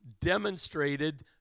demonstrated